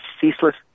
ceaseless